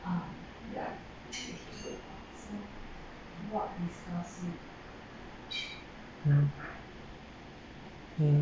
mm mm